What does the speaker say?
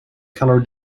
colour